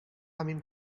بفهمیم